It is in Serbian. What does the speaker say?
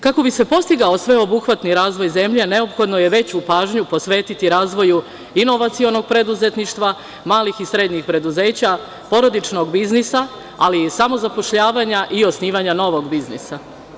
Kako bi se postigao sveobuhvatni razvoj zemlje, neophodno je veću pažnju posvetiti razvoju inovacionog preduzetništva, malih i srednjih preduzeća, porodičnog biznisa, ali i samozapošljavanja i osnivanja novog biznisa.